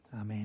Amen